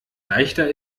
leichter